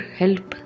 help